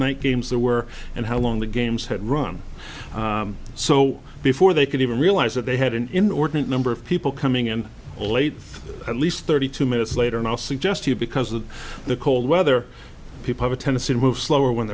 night games there were and how long the games had run so before they can even realize that they had an inordinate number of people coming in late at least thirty two minutes later and i'll suggest you because of the cold weather people have a tendency to move slower